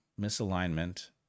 misalignment